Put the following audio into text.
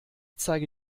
zeige